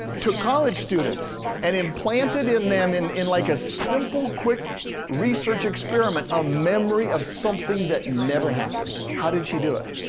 took college students and implanted in them in in like a simple, quick research experiment, a memory of something that never happened. how did she do it?